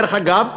דרך אגב,